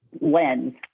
lens